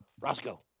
Roscoe